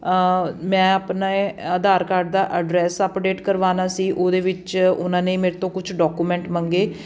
ਮੈਂ ਆਪਣੇ ਆਧਾਰ ਕਾਰਡ ਦਾ ਐਡਰੈਸ ਅਪਡੇਟ ਕਰਵਾਉਣਾ ਸੀ ਉਹਦੇ ਵਿੱਚ ਉਹਨਾਂ ਨੇ ਮੇਰੇ ਤੋਂ ਕੁਛ ਡੋਕੂਮੈਂਟ ਮੰਗੇ